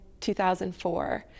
2004